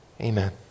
amen